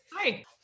Hi